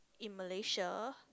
in Malaysia